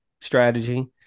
strategy